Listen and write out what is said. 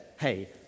hey